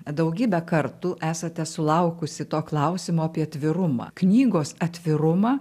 daugybę kartų esate sulaukusi to klausimo apie atvirumą knygos atvirumą